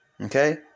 Okay